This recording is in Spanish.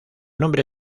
nombre